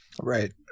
Right